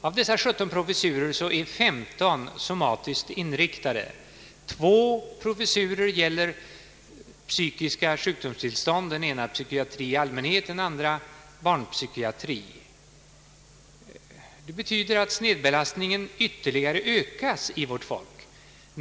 Av dessa 17 professurer är 15 somatiskt inriktade. Två professurer gäller psykiska sjukdomstillstånd — den ena psykiatri i allmänhet och den andra barnpsykiatri. Det betyder att snedbelastningen ökas ytterligare.